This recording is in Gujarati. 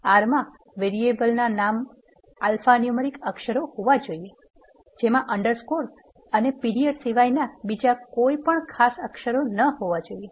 R માં વેરીએબલ ના નામ આલ્ફાન્યુમેરિક અક્ષરો હોવા જોઈએ જેમા અન્ડરસ્કોર અને પ્રિયડ સિવાયના બીજા કોઇ પણ ખાસ અક્ષરો ના હોવા જોઇએ